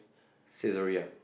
Saizeriya